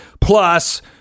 Plus